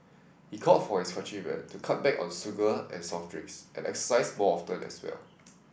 he called for his countrymen to cut back on sugar and soft drinks and exercise more often as well